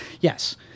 yes